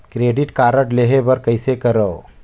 Credit card लेहे बर कइसे करव?